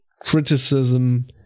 criticism